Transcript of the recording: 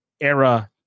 era